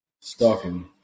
stalking